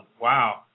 Wow